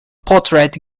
portrait